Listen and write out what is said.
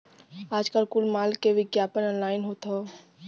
आजकल कुल माल के विग्यापन ऑनलाइन होत हौ